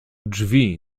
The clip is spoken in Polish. drzwi